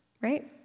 right